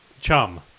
chum